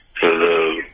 Hello